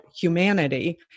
humanity